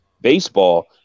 baseball